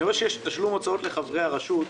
אני רואה שיש תשלום הוצאות לחברי הרשות.